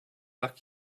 luck